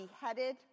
beheaded